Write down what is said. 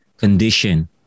condition